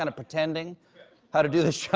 and pretending how to do this show.